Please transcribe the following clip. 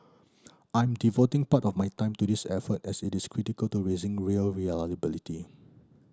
I'm devoting part of my time to this effort as it is critical to raising rail reliability